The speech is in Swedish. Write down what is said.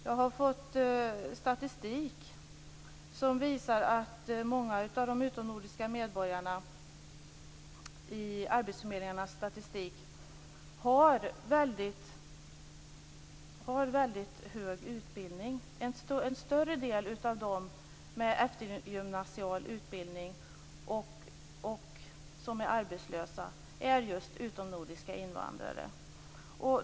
Jag har fått statistik som visar att många av de utomnordiska medborgarna i arbetsförmedlingarnas statistik har väldigt hög utbildning. En större del av de arbetslösa med eftergymnasial utbildning är just utomnordiska invandrare.